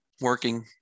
working